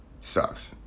Sucks